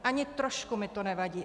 Ani trošku mi to nevadí.